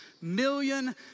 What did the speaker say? million